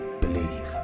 believe